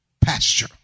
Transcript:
pasture